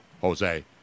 Jose